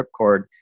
ripcord